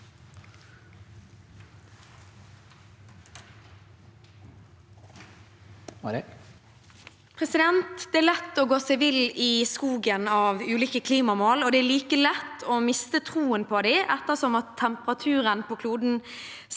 Det er lett å gå seg vill i skogen av ulike klimamål. Det er like lett å miste troen på dem, ettersom temperaturen på kloden stiger,